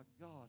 God